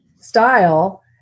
style